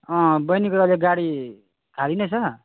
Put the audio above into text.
बहिनीको अहिले गाडी खाली नै छ